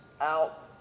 out